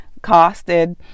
costed